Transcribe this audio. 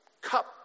Cup